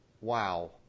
Wow